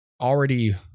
already